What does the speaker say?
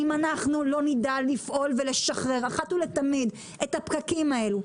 אם אנחנו לא נדע לפעול ולשחרר אחת ולתמיד את הפקקים האלה,